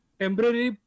temporary